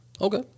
Okay